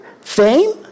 fame